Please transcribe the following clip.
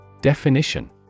DEFINITION